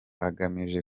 agamije